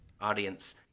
audience